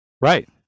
Right